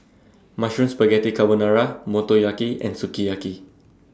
Mushroom Spaghetti Carbonara Motoyaki and Sukiyaki